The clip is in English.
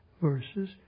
verses